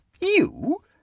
you